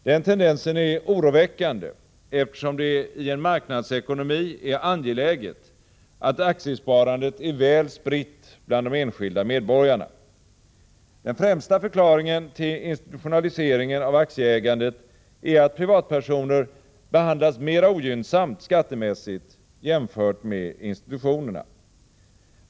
Denna tendens är oroväckande, eftersom det i en marknadsekonomi är angeläget att aktiesparandet är väl spritt bland de enskilda medborgarna. Den främsta förklaringen till institutionaliseringen av aktieägandet är att privatpersoner behandlas mera ogynnsamt skattemässigt jämfört med institutionerna.